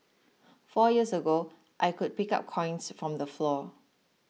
four years ago I could pick up coins from the floor